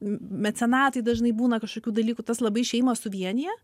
mecenatai dažnai būna kažkokių dalykų tas labai šeimą suvienija